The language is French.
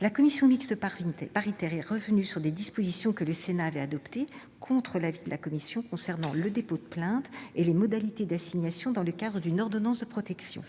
La commission mixte paritaire est revenue sur des dispositions que le Sénat avait adoptées, contre l'avis de la commission, concernant le dépôt de plainte et les modalités d'assignation dans le cadre d'une ordonnance de protection.